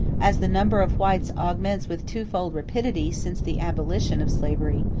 as the number of whites augments with twofold rapidity since the abolition of slavery,